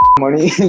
money